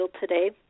today